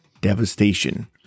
Devastation